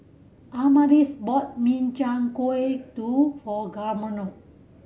Amaris bought Min Chiang Kueh to